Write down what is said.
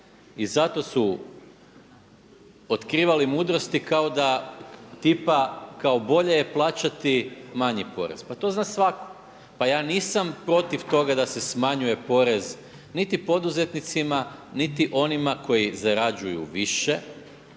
I zato su otkrivali mudrosti kao da tipa kao bolje je plaćati manji porez, pa to zna svako. Pa ja nisam protiv toga da se smanjuje porez niti poduzetnicima niti onima koji zarađuju više,